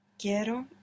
Quiero